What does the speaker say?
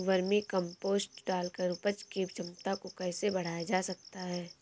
Vermi compost डालकर उपज की क्षमता को कैसे बढ़ाया जा सकता है?